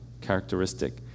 characteristic